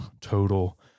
total